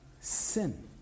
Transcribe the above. sin